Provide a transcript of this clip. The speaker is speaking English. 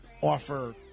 offer